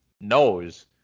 knows